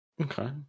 Okay